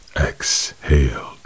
exhaled